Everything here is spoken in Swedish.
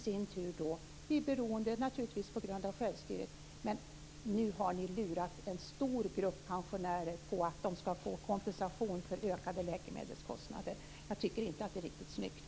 Det är naturligtvis beroende av självstyret. Men nu har ni lurat en stor grupp pensionärer att de skall få kompensation för ökade läkemedelskostnader. Jag tycker inte att det är riktigt snyggt.